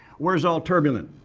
where's all turbulent?